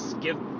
Give